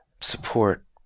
support